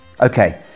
okay